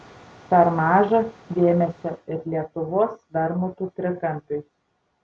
per maža dėmesio ir lietuvos bermudų trikampiui